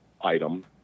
item